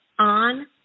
On